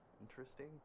interesting